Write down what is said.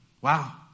Wow